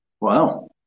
Wow